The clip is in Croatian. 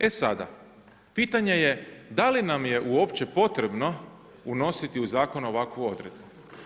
E sada pitanje je da li nam je uopće potrebno unositi u zakon ovakvu odredbu.